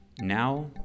Now